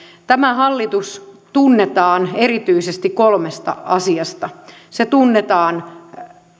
tämä hallitus tunnetaan erityisesti kolmesta asiasta se tunnetaan